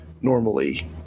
normally